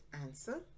answer